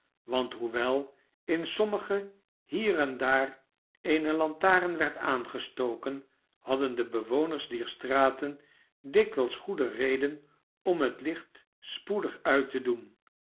want hoewel in sommigen hier en daar eene lantaren werd aangestoken hadden de bewoners dier straten dikwijls goede redenen om het hcht spoedig uit te doen